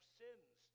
sins